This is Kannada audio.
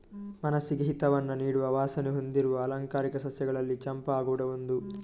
ಮನಸ್ಸಿಗೆ ಹಿತವನ್ನ ನೀಡುವ ವಾಸನೆ ಹೊಂದಿರುವ ಆಲಂಕಾರಿಕ ಸಸ್ಯಗಳಲ್ಲಿ ಚಂಪಾ ಕೂಡಾ ಒಂದು